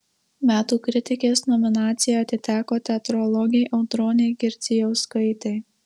metų kritikės nominacija atiteko teatrologei audronei girdzijauskaitei